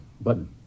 button